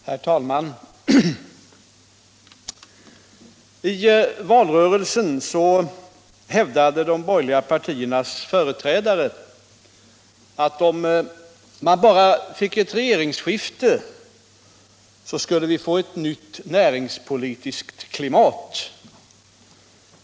Herr talman! I valrörelsen hävdade de borgerliga partiernas företrädare att om man bara fick ett regeringsskifte så skulle vi få ett nytt näringspolitiskt klimat.